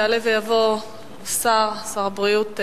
יעלה ויבוא שר הבריאות,